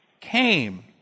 came